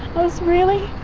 i was really,